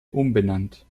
umbenannt